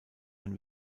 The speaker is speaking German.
ein